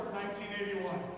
1981